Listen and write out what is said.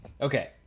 okay